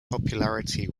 popularity